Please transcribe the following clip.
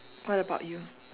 what about you